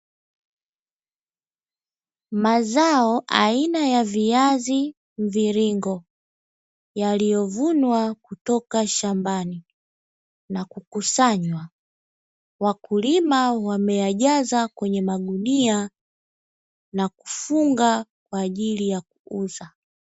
Mazao aina ya viazi mviringo yaliyovunwa kutoka shambani na kukusanywa, wakulima wamejaza kwenye magunia na kufunga kwa ajili ya kuuza.